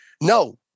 No